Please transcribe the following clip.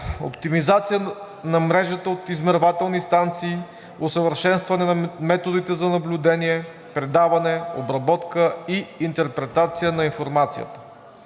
оптимизация на мрежата от измервателни станции, усъвършенстване на методите за наблюдение, предаване, обработка и интерпретация на информацията;